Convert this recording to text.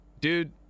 dude